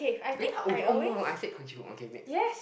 eh Park Ji oh no I said Park Ji hoon okay next